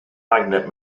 magnet